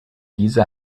diese